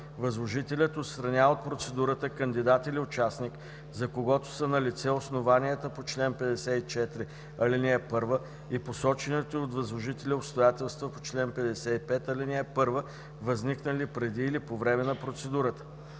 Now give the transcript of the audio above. Възложителят отстранява от процедурата кандидат или участник, за когото са налице основанията по чл. 54, ал. 1 и посочените от възложителя обстоятелства по чл. 55, ал. 1, възникнали преди или по време на процедурата.